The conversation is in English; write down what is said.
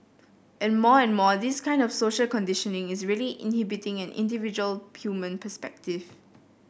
and more and more this kind of social conditioning is really inhibiting an individual human perspective